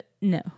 No